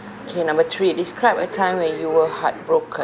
okay number three describe a time when you were heartbroken